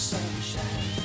Sunshine